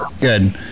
good